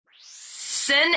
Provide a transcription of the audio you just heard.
Sin